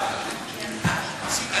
תזרוק אותו כבר.